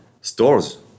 stores